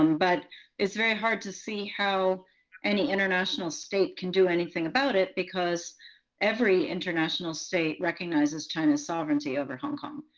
um but it's very hard to see how any international state can do anything about it. because every international state recognizes china's sovereignty over hong kong.